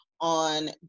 on